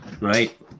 right